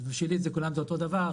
בשבילי כולם אותו דבר.